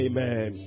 Amen